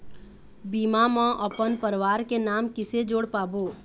बीमा म अपन परवार के नाम किसे जोड़ पाबो?